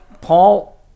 Paul